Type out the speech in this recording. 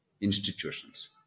Institutions